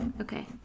Okay